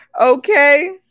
okay